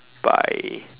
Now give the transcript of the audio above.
by